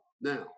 Now